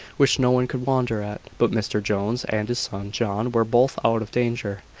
which no one could wonder at but mr jones and his son john were both out of danger,